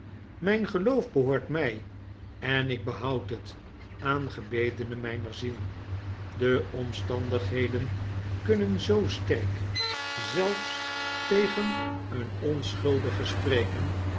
mgn geloof behoort mij en ik behoud het aangebedene myner ziel de omstandigheden kunnen zoo sterk zelfs tegen eenonchuldige spreken